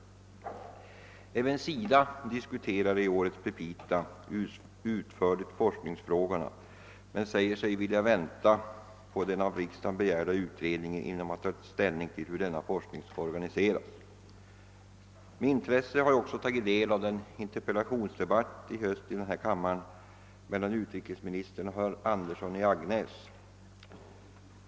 Även SIDA diskuterar i årets petita utförligt forskningsfrågorna men säger sig vilja vänta på den av riksdagen begärda utredningen, innan man tar ställning till hur denna forskning skall organiseras. Med intresse har jag tagit del av en interpel!ationsdebatt i höst i denna kammare mellan utrikesministern och herr Nilsson i Agnäs.